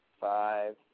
five